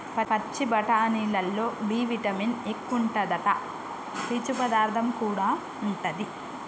పచ్చి బఠానీలల్లో B vitamin ఎక్కువుంటాదట, పీచు పదార్థం కూడా ఉంటది